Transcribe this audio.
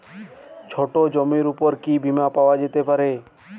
ছোট জমির উপর কি বীমা পাওয়া যেতে পারে?